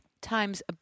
Time's